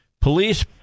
Police